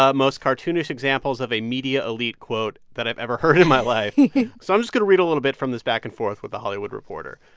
ah most cartoonish examples of a media elite quote that i've ever heard in my life so i'm going to read a little bit from this back and forth with the hollywood reporter.